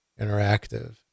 interactive